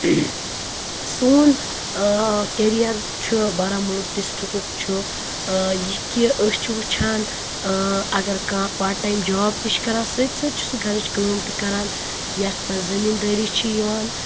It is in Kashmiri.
سون کیٚریر چھُ بارہمولہ ڈِسٹرکُک چھُ یہِ کہ أسۍ چھِ وُچھان اگر کانٛہہ پاٹ ٹایِم جاب تہِ چھِ کران سۭتۍ سۭتۍ چھُ سُہ گَرٕچ کٲم تہِ کران یَتھ منٛز زٔمیٖن دٲری چھِ یِوان